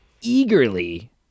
eagerly